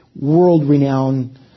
world-renowned